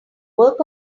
work